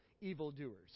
evildoers